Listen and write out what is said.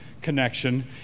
connection